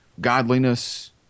godliness